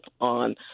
on